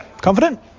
confident